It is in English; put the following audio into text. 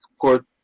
port